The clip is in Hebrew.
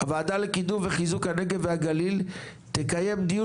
הוועדה לקידום וחיזוק הנגב והגליל תקיים דיון